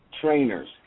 trainers